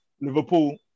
Liverpool